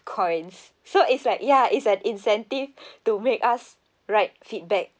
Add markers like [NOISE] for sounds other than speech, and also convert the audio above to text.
coins so it's like ya is an incentive [LAUGHS] to make us write feedback